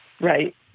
Right